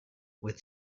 with